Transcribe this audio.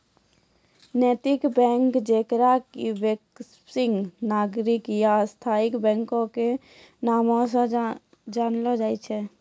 नैतिक बैंक जेकरा कि वैकल्पिक, नागरिक या स्थायी बैंको के नामो से जानलो जाय छै